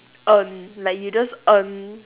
earn like you just earn